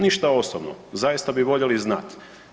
Ništa osobno, zaista bi voljeli znat.